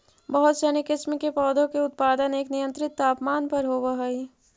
बहुत सनी किस्म के पौधा के उत्पादन एक नियंत्रित तापमान पर होवऽ हइ